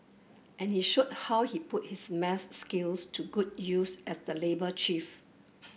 and he showed how he put his maths skills to good use as the labour chief